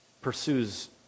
pursues